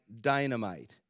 dynamite